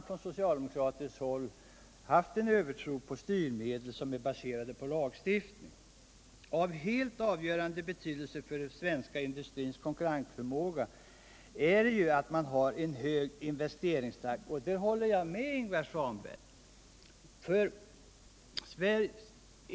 Från socialdemokratiskt håll har man alltid haft en övertro på styrmedel, som är baserade på lagstiftning. Av helt avgörande betydelse för den svenska industrins konkurrensförmåga är ju att man har en hög investeringstakt. Här håller jag med Ingvar Svanberg.